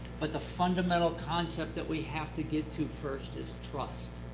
but the fundamental concept that we have to get to first is trust.